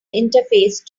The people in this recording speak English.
interface